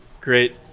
Great